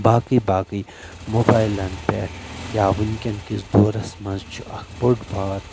باقٕے باقٕے مُبایلن پٮ۪ٹھ یا وٕنکٮ۪ن کس دورس منٛز چھِ اکھ بٔڑ بار